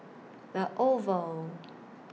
The Oval